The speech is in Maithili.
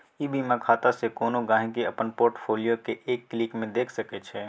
ई बीमा खातासँ कोनो गांहिकी अपन पोर्ट फोलियो केँ एक क्लिक मे देखि सकै छै